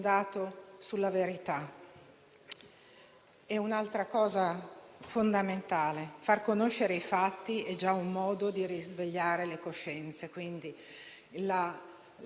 Questa direi che è un'eredità molto, molto consistente. Zavoli ci ha dato strumenti per capire la verità.